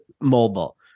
mobile